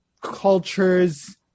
cultures